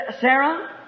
Sarah